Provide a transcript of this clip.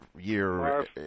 year